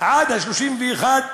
עד 31 בדצמבר.